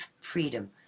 freedom